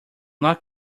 not